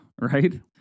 right